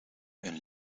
een